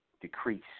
decrease